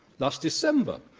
last december,